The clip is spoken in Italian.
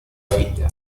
figlia